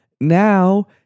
now